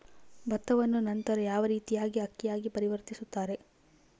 ಭತ್ತವನ್ನ ನಂತರ ಯಾವ ರೇತಿಯಾಗಿ ಅಕ್ಕಿಯಾಗಿ ಪರಿವರ್ತಿಸುತ್ತಾರೆ?